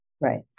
Right